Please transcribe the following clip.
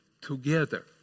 together